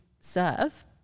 serve